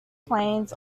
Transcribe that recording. plains